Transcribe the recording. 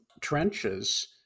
trenches